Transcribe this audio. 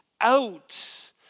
out